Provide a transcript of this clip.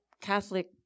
Catholic